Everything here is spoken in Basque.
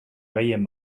gehien